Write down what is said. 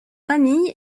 famille